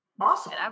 Awesome